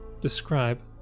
describe